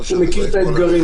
הוא מכיר את האתגרים,